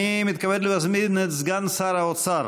אני מתכבד להזמין את סגן שר האוצר